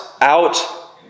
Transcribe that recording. out